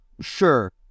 Sure